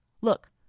Look